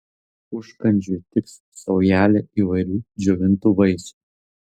užkandžiui tiks saujelė įvairių džiovintų vaisių